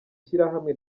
shyirahamwe